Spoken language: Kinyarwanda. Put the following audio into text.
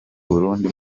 burundi